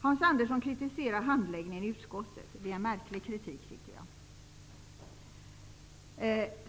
Hans Andersson kritiserar handläggningen i utskottet. Det är en märklig kritik, tycker jag.